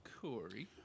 Corey